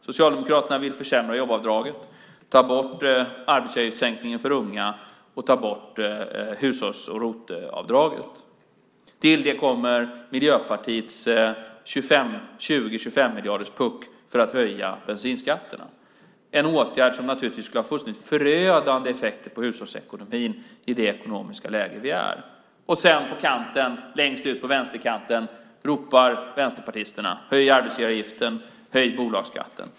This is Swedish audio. Socialdemokraterna vill försämra jobbavdraget, ta bort arbetsgivaravgiftssänkningen för unga och ta bort hushålls och ROT-avdraget. Till det kommer Miljöpartiets 20-25-miljarderspuck för att höja bensinskatten - en åtgärd som naturligtvis skulle ha fullkomligt förödande effekter på hushållsekonomin i det ekonomiska läge vi är. Längst ut på vänsterkanten ropar vänsterpartisterna: Höj arbetsgivaravgiften! Höj bolagsskatten!